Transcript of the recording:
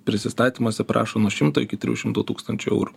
prisistatymuose prašo nuo šimto iki trijų šimtų tūkstančių eurų